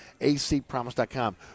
acpromise.com